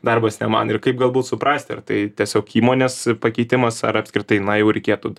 darbas ne man ir kaip galbūt suprasti ar tai tiesiog įmonės pakeitimas ar apskritai na jau reikėtų